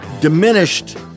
diminished